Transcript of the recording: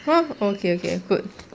!huh! okay okay good